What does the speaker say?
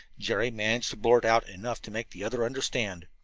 jerry managed to blurt out enough to make the other understand.